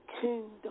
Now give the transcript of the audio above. kingdom